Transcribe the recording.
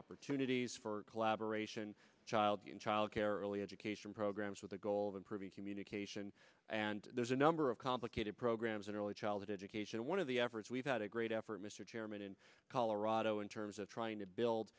opportunities for collaboration child in child care early education programs with the goal of improving communication and there's a number of complicated programs and early childhood education one of the efforts we've had a great effort mr chairman in colorado in terms of trying to build